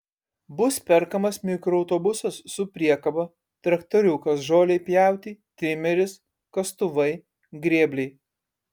bus perkamas mikroautobusas su priekaba traktoriukas žolei pjauti trimeris kastuvai grėbliai